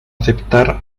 aceptar